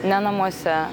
ne namuose